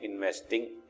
Investing